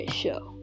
show